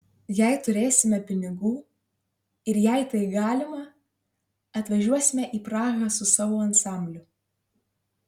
jei turėsime pinigų ir jei tai galima atvažiuosime į prahą su savo ansambliu